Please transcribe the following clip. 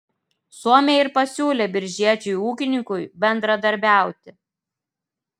suomiai ir pasiūlė biržiečiui ūkininkui bendradarbiauti